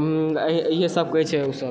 इएह सब कहै छै ओ सब